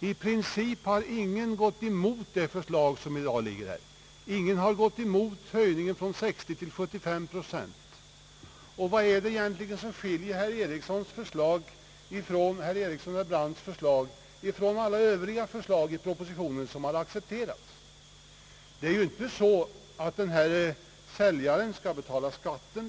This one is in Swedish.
I princip har ingen gått emot det förslag, som i dag ligger här. Ingen har gått emot höjningen från 60 till 75 procent. Vad är det egentligen som skiljer herrar Erikssons och Brandts förslag från alla förslag i propositionen, som har accepterats. Det är ju inte så, att säljaren skall betala skatten.